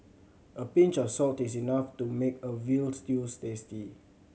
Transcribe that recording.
a pinch of salt is enough to make a veal stews tasty